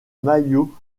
maillot